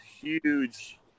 huge